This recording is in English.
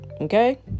Okay